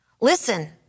Listen